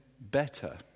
better